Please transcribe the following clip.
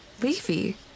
Leafy